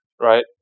right